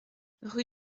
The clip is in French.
rue